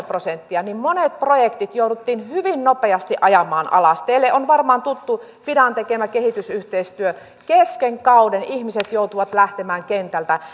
prosenttia niin monet projektit jouduttiin hyvin nopeasti ajamaan alas teille on varmaan tuttu fidan tekemä kehitysyhteistyö kesken kauden ihmiset joutuivat lähtemään kentältä